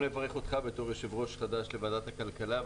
אני רוצה לברך גם אותך בתור יושב-ראש חדש לוועדת הכלכלה.